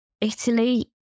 Italy